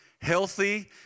Healthy